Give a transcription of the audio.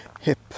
hip